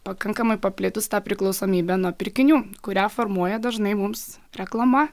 pakankamai paplitus ta priklausomybė nuo pirkinių kurią formuoja dažnai mums reklama